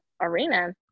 arena